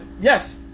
yes